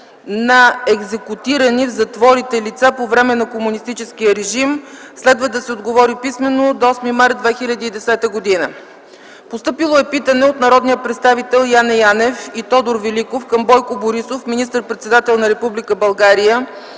на екзекутирани в затворите лица по време на комунистическия режим. Следва да се отговори писмено до 8 март 2010 г. Питане от народните представители Яне Георгиев Янев и Тодор Димитров Великов към Бойко Борисов, министър-председател на Република България,